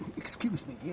excuse me.